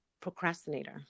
procrastinator